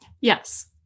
Yes